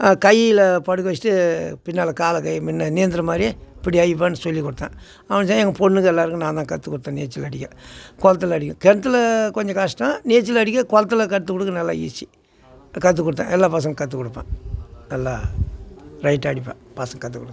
கையில் படுக்க வச்சிட்டு பின்னால் காலை கையை முன்ன நீந்துகிற மாதிரி இப்படி ஐயப்பனு சொல்லி கொடுத்தேன் எங்கள் பொண்ணுக்கு எல்லோருக்கும் நான் தான் கற்று கொடுத்தேன் நீச்சல் அடிக்க குளத்துல அடிக்க கிணத்துல கொஞ்சம் கஷ்டம் நீச்சல் அடிக்க குளத்துல கற்று கொடுக்க நல்லா ஈஸி கற்று கொடுத்தேன் எல்லா பசங்களுக்கும் கற்று கொடுப்பேன் எல்லா ரைட்டாக அடிப்பேன் பசங்க கற்று